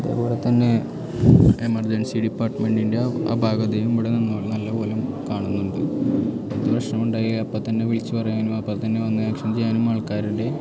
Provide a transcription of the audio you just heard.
അതെപോലെതന്നെ emergency ഡിപ്പാര്ട്ട്മെന്റിന്റെ അ അപാകതയും ഇവിടെ നല്ല പോലെ കാണുന്നുണ്ട് എന്ത് പ്രശ്നമുണ്ടായാൽ അപ്പം തന്നെ വിളിച്ച് പറയാനും അപ്പം തന്നെ വന്ന് ആക്ഷന് ചെയ്യാനും ആള്ക്കാരുണ്ട്